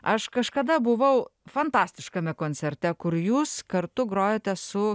aš kažkada buvau fantastiškame koncerte kur jūs kartu grojote su